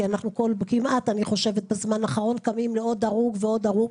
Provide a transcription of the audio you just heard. כי בזמן האחרון אנחנו קמים כמעט כל בוקר לעוד הרוג ועוד הרוג,